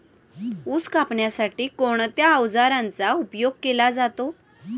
ऊस कापण्यासाठी कोणत्या अवजारांचा उपयोग केला जातो?